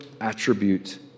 attribute